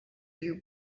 you